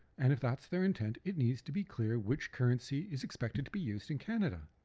and if that's their intent it needs to be clear which currency is expected to be used in canada.